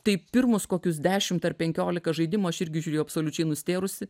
tai pirmus kokius dešimt ar penkiolika žaidimų aš irgi žiūrėjau absoliučiai nustėrusi